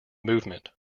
movement